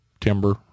timber